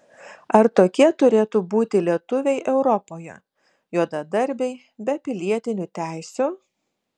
ar tokie turėtų būti lietuviai europoje juodadarbiai be pilietinių teisių